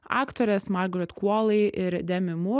aktorės margaret kuolai ir demi mur